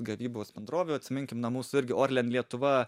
gavybos bendrovių atsiminkim na mūsų irgi orlen lietuva